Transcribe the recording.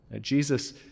jesus